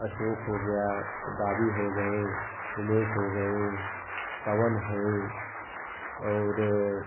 अशोक हो गया बाबी हो गए उमेश हो गए पवन है और